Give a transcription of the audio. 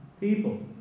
people